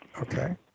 Okay